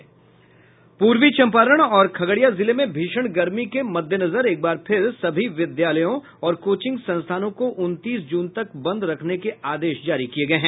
पूर्वी चंपारण और खगड़िया जिले में भीषण गर्मी के मददेनजर एकबार फिर सभी विद्यालयों और कोचिंग संस्थानों को उनतीस जून तक बंद रखने के आदेश जारी किये गये हैं